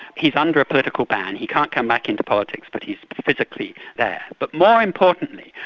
he's under a political ban, he can't come back into politics but he's physically there. but more importantly,